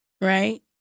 right